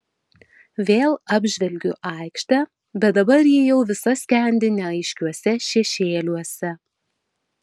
vėl apžvelgiu aikštę bet dabar ji jau visa skendi neaiškiuose šešėliuose